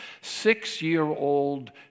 Six-year-old